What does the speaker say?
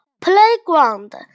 playground